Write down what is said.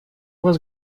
вас